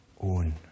own